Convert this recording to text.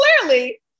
clearly